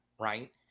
right